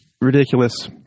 ridiculous